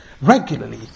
regularly